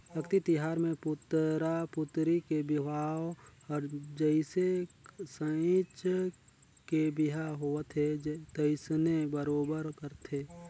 अक्ती तिहार मे पुतरा पुतरी के बिहाव हर जइसे सहिंच के बिहा होवथे तइसने बरोबर करथे